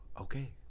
okay